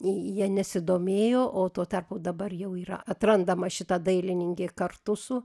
ja nesidomėjo o tuo tarpu dabar jau yra atrandama šita dailininkė kartu su